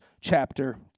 chapter